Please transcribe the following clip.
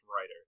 writer